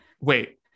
Wait